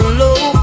low